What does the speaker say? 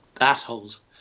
assholes